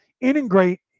integrate